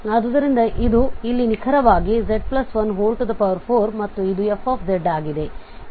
ಆದ್ದರಿಂದ ಇದು ಇಲ್ಲಿ ನಿಖರವಾಗಿ z14 ಮತ್ತು ಇದು fz ಆಗಿದೆ